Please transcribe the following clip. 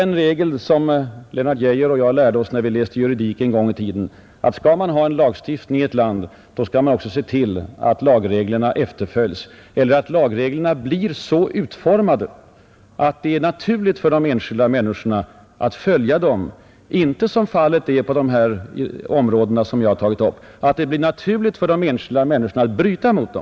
En regel som Lennart Geijer och jag lärde oss när vi läste juridik en gång i tiden var att skall man ha lagstiftning, skall man också se till att lagreglerna efterföljs. Man skall vara övertygad om att de blir så utformade att det blir naturligt för de enskilda människorna att följa dem och inte, som fallet är på de områden jag här har tagit upp, så att det blir naturligt för de enskilda människorna att bryta mot dem.